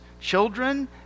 children